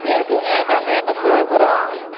இருக்குங்க கங்கைகொண்ட சோழபுரம்